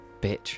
Bitch